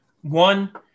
One